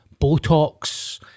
Botox